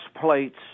plates